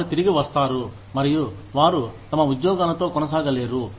వారు తిరిగి వస్తారు మరియు వారు తమ ఉద్యోగాలతో కొనసాగ లేరు